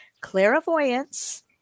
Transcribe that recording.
clairvoyance